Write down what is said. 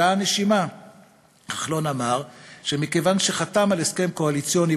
באותה הנשימה כחלון אמר שמכיוון שחתם על הסכם קואליציוני